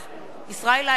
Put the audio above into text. ישראל אייכלר,